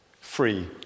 free